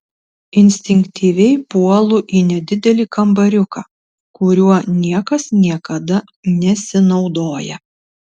instinktyviai puolu į nedidelį kambariuką kuriuo niekas niekada nesinaudoja